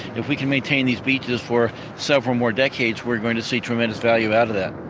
if we can maintain these beaches for several more decades, we're going to see tremendous value out of that.